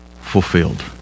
fulfilled